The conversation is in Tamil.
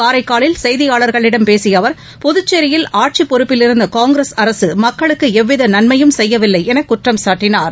காரைக்காலில் செய்தியாளர்களிடம் பேசிய அவர் புதுச்சேரியில் ஆட்சி பொறுப்பிலிருந்த காங்கிரஸ் அரசு மக்களுக்கு எவ்வித நன்மையும் செய்யவில்லை என குற்றம் சாட்டினார்